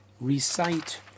recite